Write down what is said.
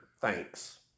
thanks